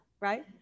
right